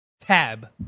tab